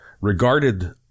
regarded